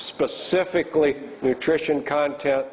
specifically nutrition content